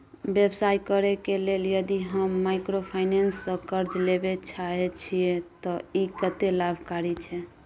व्यवसाय करे के लेल यदि हम माइक्रोफाइनेंस स कर्ज लेबे चाहे छिये त इ कत्ते लाभकारी छै?